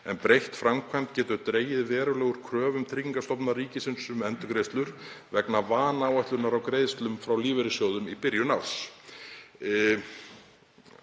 en breytt framkvæmd getur dregið verulega úr kröfum Tryggingastofnunar ríkisins um endurgreiðslur vegna vanáætlunar á greiðslum frá lífeyrissjóðum í byrjun árs.“